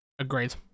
Agreed